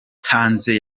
hanze